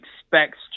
expects